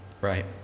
right